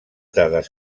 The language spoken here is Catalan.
dades